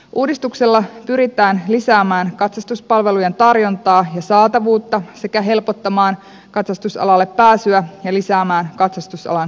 uudistuksella pyritään lisäämään katsastuspalvelujen tarjontaa ja saatavuutta sekä helpottamaan katsastusalalle pääsyä ja lisäämään katsastusalan kilpailua